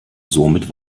somit